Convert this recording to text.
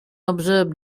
observed